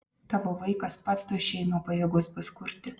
tavo vaikas pats tuoj šeimą pajėgus bus kurti